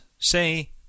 say